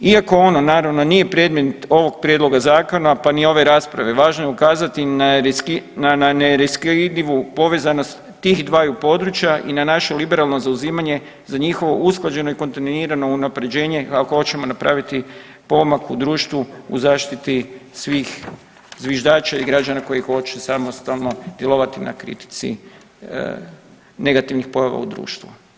Iako ono naravno nije predmet ovog prijedloga zakona, pa ni ove rasprave, važno je ukazati na neraskidivu povezanost tih dvaju područja i na naše liberalno zauzimanje za njihovo usklađeno i kontinuirano usklađenje ako hoćemo napraviti pomak u društvu u zaštiti svih zviždača i građana koji hoće samostalno djelovati na kritici negativnih pojava u društvu.